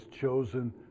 chosen